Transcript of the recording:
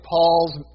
Paul's